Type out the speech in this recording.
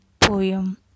poem